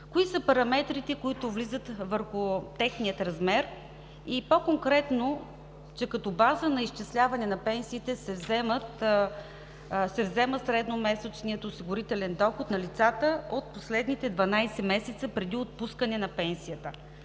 кои са параметрите, които влияят върху техния размер и по-конкретно, че като база на изчисляване на пенсиите се взема средномесечният осигурителен доход на лицата от последните 12 месеца преди отпускане на пенсията.